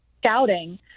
scouting